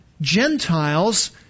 Gentiles